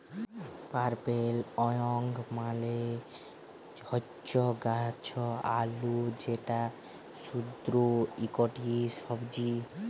purple yam মালে হচ্যে গাছ আলু যেটা সুস্বাদু ইকটি সবজি